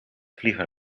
vlieger